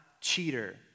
cheater